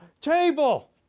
table